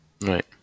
Right